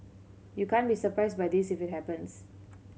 you can't be surprised by this if it happens